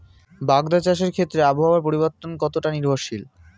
বাগদা চাষের ক্ষেত্রে আবহাওয়ার পরিবর্তন কতটা নির্ভরশীল?